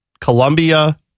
Colombia